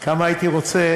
כמה הייתי רוצה